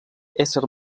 ésser